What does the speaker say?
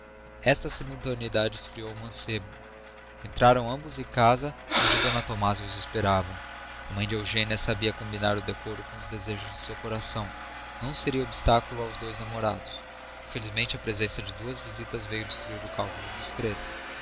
ela esta simultaneidade esfriou o mancebo entraram ambos em casa onde d tomásia os esperava a mãe de eugênia sabia combinar o decoro com os desejos de seu coração não seria obstáculo aos dois namorados infelizmente a presença de duas visitas veio destruir o cálculo dos três